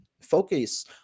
focus